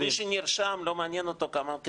אבל מי שנרשם לא מעניין אותו כמה המכללות מקבלות מהמדינה.